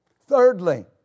Thirdly